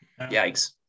Yikes